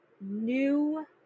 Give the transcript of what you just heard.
new